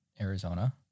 Arizona